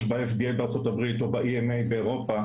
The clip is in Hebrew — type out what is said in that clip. ב-FDA בארצות הברית או ב-EMA באירופה,